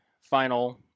final